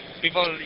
people